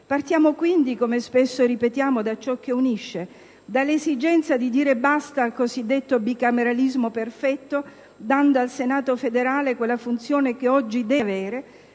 Partiamo quindi, come spesso ripetiamo, da ciò che unisce, dall'esigenza di dire basta al cosiddetto bicameralismo perfetto, dando al Senato federale quella funzione che oggi deve avere,